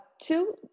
two